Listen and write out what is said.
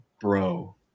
bro